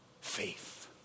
Faith